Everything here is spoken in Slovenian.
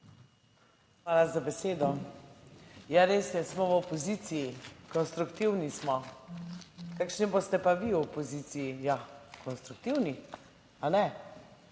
Hvala za besedo. Ja res je, smo v opoziciji, konstruktivni smo. Kakšni boste pa vi v opoziciji? Ja, konstruktivni, kajne?